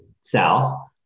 south